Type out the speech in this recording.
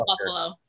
buffalo